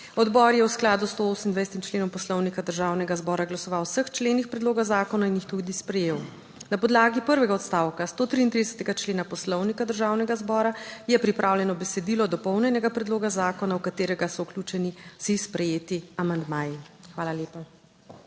Odbor je v skladu s 128. členom Poslovnika Državnega zbora glasoval o vseh členih predloga zakona in jih tudi sprejel. Na podlagi prvega odstavka 133. člena Poslovnika Državnega zbora je pripravljeno besedilo dopolnjenega predloga zakona v katerega so vključeni vsi sprejeti amandmaji. Hvala lepa.